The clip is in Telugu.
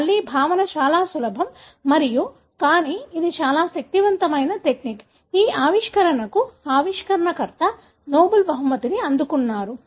మళ్ళీ భావన చాలా సులభం మరియు కానీ ఇది చాలా శక్తివంతమైన టెక్నిక్ ఈ ఆవిష్కరణకు ఆవిష్కర్త నోబెల్ బహుమతిని అందుకున్నాడు